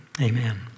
Amen